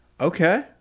Okay